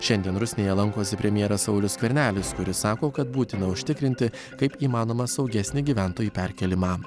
šiandien rusnėje lankosi premjeras saulius skvernelis kuris sako kad būtina užtikrinti kaip įmanoma saugesnį gyventojų perkėlimą